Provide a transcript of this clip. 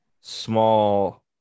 small